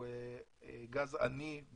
גז "עני".